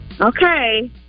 Okay